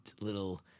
little